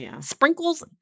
sprinkles